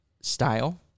style